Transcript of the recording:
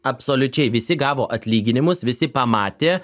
absoliučiai visi gavo atlyginimus visi pamatė